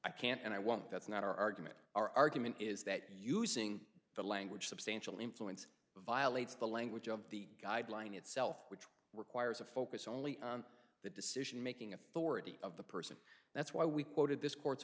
i can't and i won't that's not our argument our argument is that using the language substantial influence violates the language of the guideline itself which requires a focus only on the decision making authority of the person that's why we quoted this court